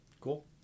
Cool